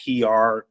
pr